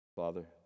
Father